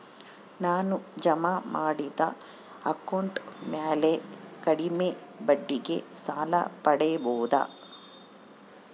ನಾನು ಜಮಾ ಮಾಡಿದ ಅಕೌಂಟ್ ಮ್ಯಾಲೆ ಕಡಿಮೆ ಬಡ್ಡಿಗೆ ಸಾಲ ಪಡೇಬೋದಾ?